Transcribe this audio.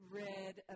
read